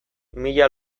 mila